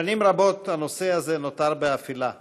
הצעות מס' 6568,